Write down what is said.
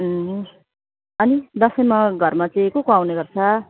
ए अनि दसैँमा घरमा चाहिँ को को आउने गर्छ